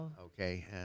okay